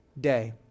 day